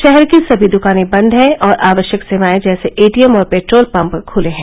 शहर की सभी दुकाने बंद हैं और आवश्यक सेवाएं जैसे एटीएम और पेट्रोल पंप खुले हैं